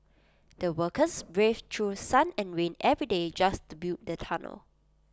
the workers braved through sun and rain every day just to build the tunnel